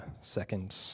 second